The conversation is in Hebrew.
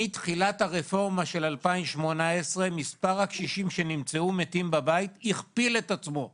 מתחילת הרפורמה של 2018 מספר הקשישים שנמצאו מתים בבית הכפיל את עצמו.